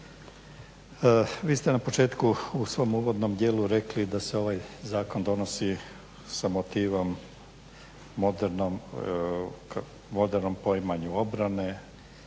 Vi ste na početku u svom uvodnom dijelu rekli da se ovaj zakon donosi sa motivom modernom poimanju obrane,